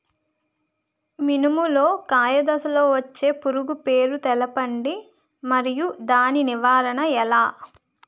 మినుము లో కాయ దశలో వచ్చే పురుగు పేరును తెలపండి? మరియు దాని నివారణ ఎలా?